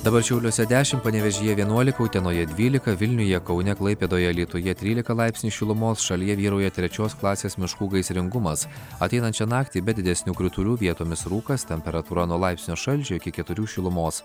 dabar šiauliuose dešim panevėžyje vienuolika utenoje dvylika vilniuje kaune klaipėdoje alytuje trylika laipsnių šilumos šalyje vyrauja trečios klasės miškų gaisringumas ateinančią naktį be didesnių kritulių vietomis rūkas temperatūra nuo laipsnio šalčio iki keturių šilumos